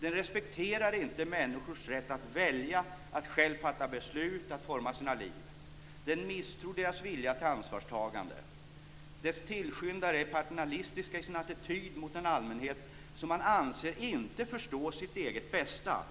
Den respekterar inte människors rätt att välja, att själva fatta beslut och att forma sina liv. Den misstror deras vilja till ansvarstagande. Dess tillskyndare är paternalistiska i sin attityd mot en allmänhet som man anser inte förstår sitt eget bästa